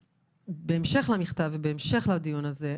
בהמשך למכתב ובהמשך לדיון הזה,